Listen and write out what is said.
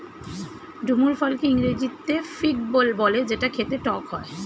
ডুমুর ফলকে ইংরেজিতে ফিগ বলে যেটা খেতে টক হয়